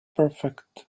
perfect